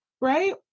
Right